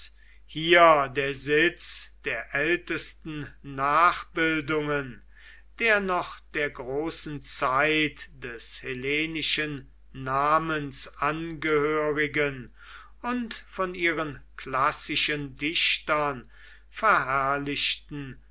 hier der sitz der ältesten nachbildungen der noch der großen zeit des hellenischen namens angehörigen und von ihren klassischen dichtern verherrlichten